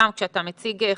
אתה מציג 50%,